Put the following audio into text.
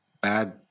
bad